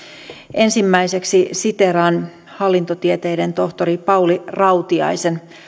ensimmäiseksi siteeraan hallintotieteiden tohtori pauli rautiaisen